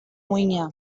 muina